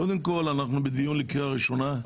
קודם כל, אנחנו בדיון לקריאה ראשונה.